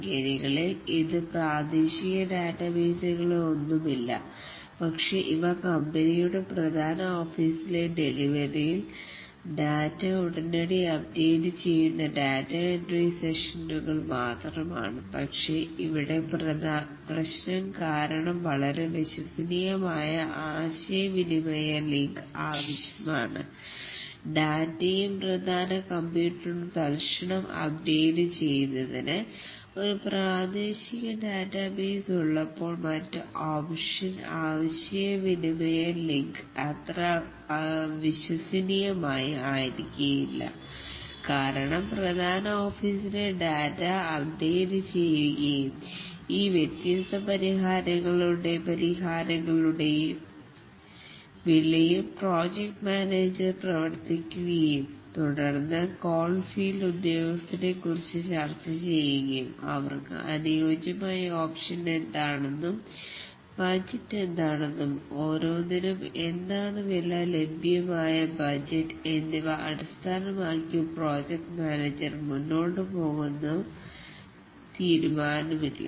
ഖനികളിൽ ഇതിൽ പ്രാദേശിക ഡാറ്റാബേസ്കൾ ഒന്നുമില്ല പക്ഷേ ഇവ കമ്പനിയുടെ പ്രധാന ഓഫീസിലെ സെർവറിൽ ഡാറ്റ ഉടനടി അപ്ഡേറ്റ് ചെയ്യുന്ന ഡാറ്റാ എൻട്രി സ്റ്റേഷനുകൾ മാത്രമാണ് പക്ഷേ ഇവിടെ പ്രശ്നം കാരണം വളരെ വിശ്വസനീയമായ ആശയവിനിമയ ലിങ്ക് ആവശ്യമാണ് ഡാറ്റയും പ്രധാന കമ്പ്യൂട്ടറും തൽക്ഷണം അപ്ഡേറ്റ് ചെയ്യുന്നതിന് ഒരു പ്രാദേശിക ഡാറ്റാബേസ് ഉള്ളപ്പോൾ മറ്റ് ഓപ്ഷൻ ആശയവിനിമയ ലിങ്ക് അത്ര വിശ്വസനീയമായി ആയിരിക്കില്ല കാരണം പ്രധാന ഓഫീസിലെ ഡാറ്റ അപ്ഡേറ്റ് ചെയ്യുകയും ഈ വ്യത്യസ്ത പരിഹാരങ്ങളുടെ വിലയും പ്രോജക്റ്റ് മാനേജർ പ്രവർത്തിക്കുകയും തുടർന്ന് കോൾ ഫീൽഡ് ഉദ്യോഗസ്ഥരെ കുറിച്ച് ചർച്ച ചെയ്യുകയും അവർക്ക് അനുയോജ്യമായ ഓപ്ഷൻ എന്താണെന്നും ബജറ്റ് എന്താണെന്നും ഓരോന്നിനും എന്താണ് വില ലഭ്യമായ ബജറ്റ് എന്നിവ അടിസ്ഥാനമാക്കി പ്രോജക്ട് മാനേജർ മുന്നോട്ടു പോകുന്നു തീരുമാനമില്ല